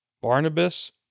Barnabas